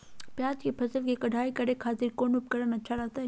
प्याज के फसल के कोढ़ाई करे खातिर कौन उपकरण अच्छा रहतय?